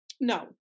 No